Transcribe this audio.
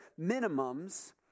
minimums